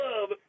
love